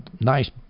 nice